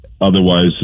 Otherwise